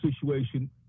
situation